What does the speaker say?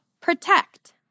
protect